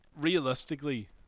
Realistically